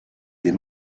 des